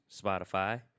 Spotify